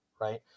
right